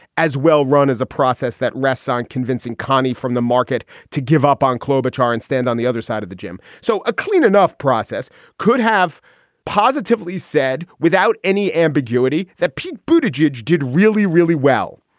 as well-run as a process that rests ah on convincing konnie from the market to give up on klobuchar and stand on the other side of the gym. so a clean enough process could have positively said without any ambiguity that pete bhuta jej did really, really well.